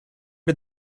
did